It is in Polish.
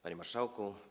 Panie Marszałku!